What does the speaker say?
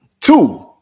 Two